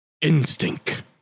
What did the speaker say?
instinct